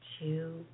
two